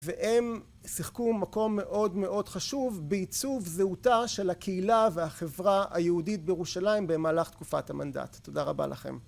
והם שיחקו מקום מאוד מאוד חשוב בעיצוב זהותה של הקהילה והחברה היהודית בירושלים במהלך תקופת המנדט. תודה רבה לכם